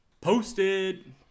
Posted